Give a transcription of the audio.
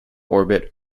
orbit